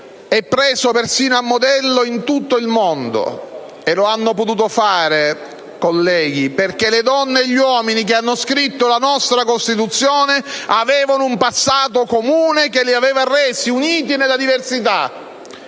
e preso persino a modello in tutto il mondo. E lo hanno potuto fare, colleghi, perché le donne e gli uomini che hanno scritto la nostra Costituzione avevano un passato comune che li aveva resi uniti nella diversità.